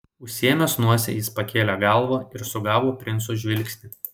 užsiėmęs nosį jis pakėlė galvą ir sugavo princo žvilgsnį